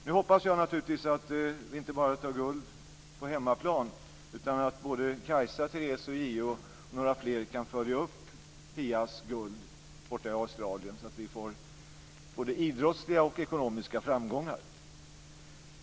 Nu hoppas jag naturligtvis att vi inte bara tar guld på hemmaplan utan att Kajsa, Therese, J-O och kanske några fler kan följa upp Pia Hansens guld borta i Australien, så att vi får både idrottsliga och ekonomiska framgångar.